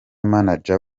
manager